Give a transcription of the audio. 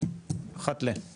אחת לכמה זמן.